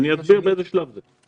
נכון, אסביר באיזה שלב זה.